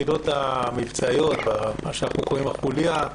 ביחידות המבצעיות, במה שאנחנו קוראים לו החוליה,